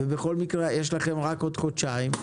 בכל מקרה, יש לכם רק עוד חודשיים.